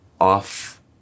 off